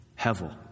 Hevel